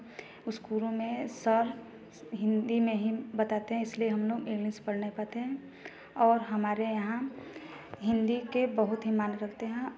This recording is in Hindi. उस्कूलों में सर हिंदी में ही बताते हैं इसलिए हम लोग इंग्लिस पढ़ नहीं पाते हैं और हमारे यहाँ हिंदी के बहुत ही मान्य रखते हैं